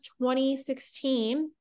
2016